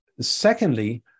Secondly